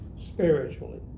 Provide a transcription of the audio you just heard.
spiritually